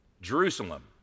Jerusalem